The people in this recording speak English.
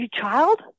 child